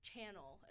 channel